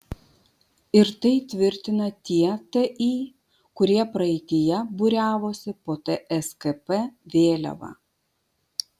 ir tai tvirtina tie ti kurie praeityje būriavosi po tskp vėliava